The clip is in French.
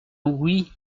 oui